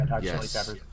yes